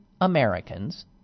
Americans